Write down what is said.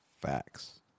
Facts